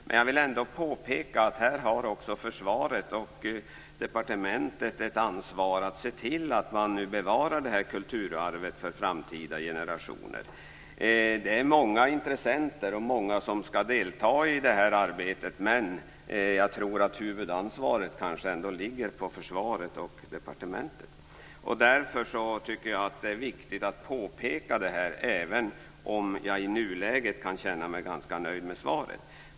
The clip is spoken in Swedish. Men jag vill ändå påpeka att också försvaret och departementet har ett ansvar att se till att man nu bevarar det här kulturarvet för framtida generationer. Det är många intressenter och många som skall delta i det arbetet, men jag tror att huvudansvaret kanske ändå ligger på försvaret och departementet. Därför tycker jag att det är viktigt att påpeka det här, även om jag i nuläget kan känna mig ganska nöjd med svaret.